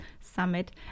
summit